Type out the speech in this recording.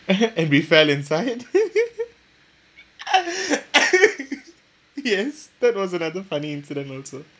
and we fell inside it yes that was another funny incident also